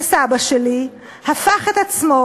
וסבא שלי הפך את עצמו,